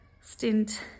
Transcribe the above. stint